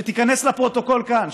שתיכנס לפרוטוקול כאן,